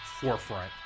forefront